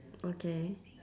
okay